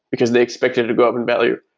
because they expect it to go up in value.